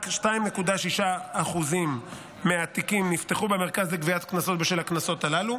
רק 2.6% מהתיקים נפתחו במרכז לגביית קנסות בשל הקנסות הללו,